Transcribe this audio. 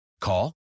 Call